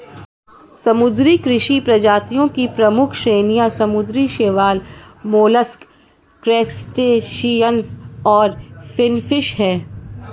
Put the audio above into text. समुद्री कृषि प्रजातियों की प्रमुख श्रेणियां समुद्री शैवाल, मोलस्क, क्रस्टेशियंस और फिनफिश हैं